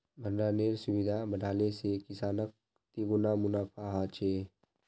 भण्डरानेर सुविधा बढ़ाले से किसानक तिगुना मुनाफा ह छे